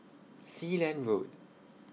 Sealand Road